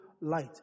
light